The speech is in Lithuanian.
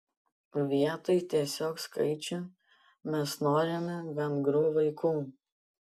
vietoj tiesiog skaičių mes norime vengrų vaikų